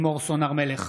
לימור סון הר מלך,